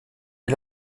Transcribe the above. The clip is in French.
est